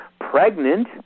pregnant